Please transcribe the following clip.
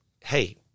hey